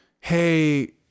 Hey